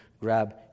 grab